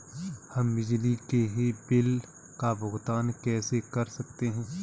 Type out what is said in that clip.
हम बिजली के बिल का भुगतान कैसे कर सकते हैं?